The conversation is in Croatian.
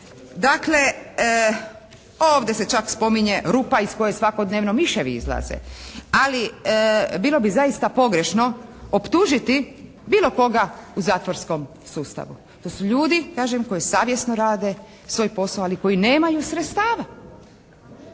Dakle, ovdje se čak spominje iz koje svakodnevno miševi izlaze, ali bilo bi zaista pogrešno optužiti bilo koga u zatvorskom sustavu. To su ljudi kažem koji savjesno rade svoj posao, ali koji nemaju sredstava.